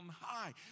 high